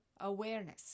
awareness